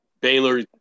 Baylor